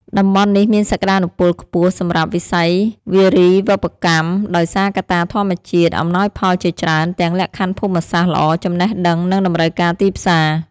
តំបន់នេះ មានសក្ដានុពលខ្ពស់សម្រាប់វិស័យវារីវប្បកម្មដោយសារកត្តាធម្មជាតិអំណោយផលជាច្រើន ទាំងលក្ខខណ្ឌភូមិសាស្ត្រល្អ ចំណេះដឹង និងតម្រូវការទីផ្សារ។